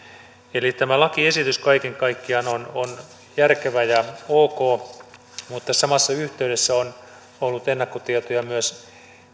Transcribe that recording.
eli tämä lakiesitys kaiken kaikkiaan on on järkevä ja ok mutta samassa yhteydessä on ollut ennakkotietoja myös